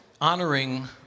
honoring